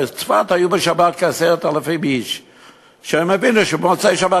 בצפת היו בשבת כ-10,000 איש שהבינו שבמוצאי-שבת